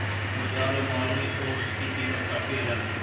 बाजार और मॉल में ओट्स की कीमत काफी अलग है